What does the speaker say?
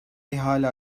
ihale